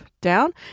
down